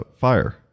fire